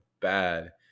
bad